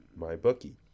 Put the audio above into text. Mybookie